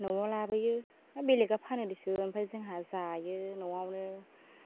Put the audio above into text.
न'आव लाबोयो बेलेगा फानो दिसो आमफाय जोंहा जायो न'आवनो